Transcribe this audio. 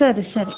ಸರಿ ಸರಿ